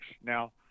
Now